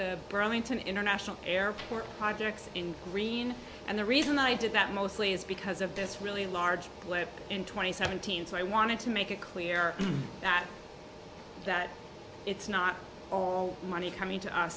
the burlington international airport projects in green and the reason i did that mostly is because of this really large lead in twenty seven thousand so i wanted to make it clear that that it's not all money coming to us